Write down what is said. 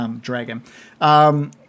dragon